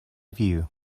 view